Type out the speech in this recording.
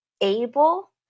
able